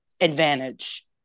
advantage